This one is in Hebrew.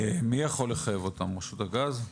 מי יכול לחייב אותם, רשות הגז?